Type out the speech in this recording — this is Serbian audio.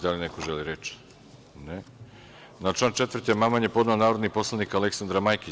Da li neko želi reč? (Ne.) Na član 4. amandman je podnela narodni poslanik Aleksandra Majkić.